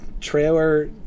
trailer